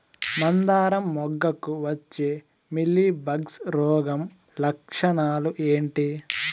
మందారం మొగ్గకు వచ్చే మీలీ బగ్స్ రోగం లక్షణాలు ఏంటి?